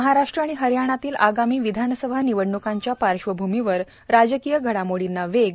महाराष्ट्र आणि हरियाणातील आगामी विधानसभा निवडण्कांच्या पार्श्वभूमीवर राजकीय घडामोडींना वेग